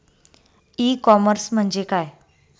E commerce म्हणजे काय?